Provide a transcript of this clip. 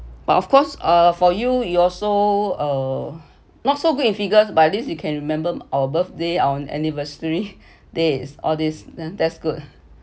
but of course uh for you you also uh not so good in figures but at least you can remember our birthday our anniversary days all these then that’s good